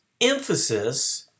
emphasis